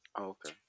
Okay